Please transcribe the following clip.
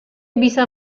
bisa